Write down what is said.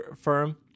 firm